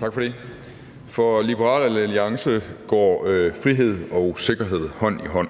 Tak for det. For Liberal Alliance går frihed og sikkerhed hånd i hånd.